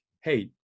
Hey